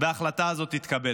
וההחלטה הזאת תתקבל.